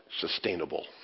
sustainable